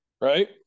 right